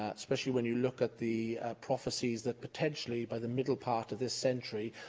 especially when you look at the prophecies that, potentially, by the middle part of this century,